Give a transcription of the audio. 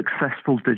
successful